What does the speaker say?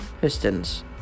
Pistons